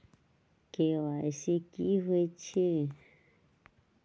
KYC कि होई छई?